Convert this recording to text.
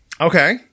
Okay